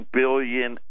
billion